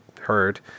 heard